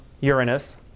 Uranus